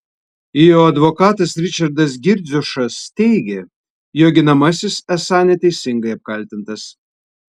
jo advokatas ričardas girdziušas teigė jo ginamasis esą neteisingai apkaltintas